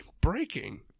breaking